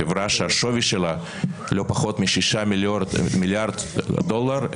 חברה שהשווי שלה לא פחות משישה מיליארד דולר,